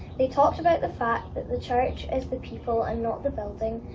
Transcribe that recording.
they talked about the fact that the church is the people and not the building.